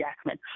Jackman